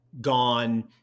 Gone